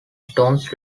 stones